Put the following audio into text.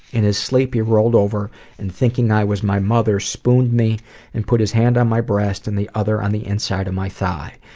in his sleep, he rolled over and, thinking i was my mother, spooned me and put his hand on my breast and the other on the inside of my thigh.